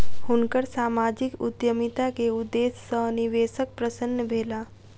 हुनकर सामाजिक उद्यमिता के उदेश्य सॅ निवेशक प्रसन्न भेला